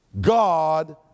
God